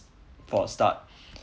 for a start